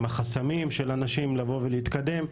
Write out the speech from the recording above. הם החסמים של הנשים לבוא ולהתקדם,